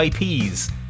IPs